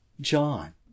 John